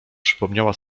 przypomniała